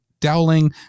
Dowling